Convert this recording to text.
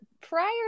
prior